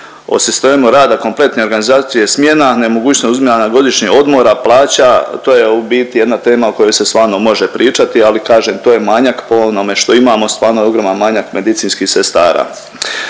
O sistemu rada kompletne organizacije smjena, nemogućnost uzimanja godišnjeg odmora, plaća. To je u biti jedna tema o kojoj se stvarno može pričati, ali kažem to je manjak po onome što imamo. Stvarno je ogroman manjak medicinskih sestara.